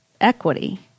equity